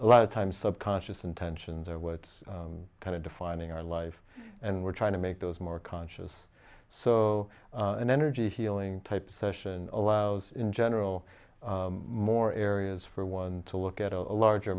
a lot of time subconscious intentions are what's kind of defining our life and we're trying to make those more conscious so an energy healing type session allows in general more areas for one to look at a larger